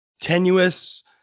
tenuous